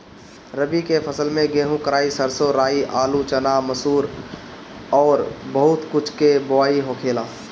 रबी के फसल में गेंहू, कराई, सरसों, राई, आलू, चना, मसूरी अउरी बहुत कुछ के बोआई होखेला